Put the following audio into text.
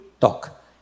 talk